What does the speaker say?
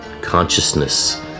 consciousness